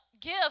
give